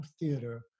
theater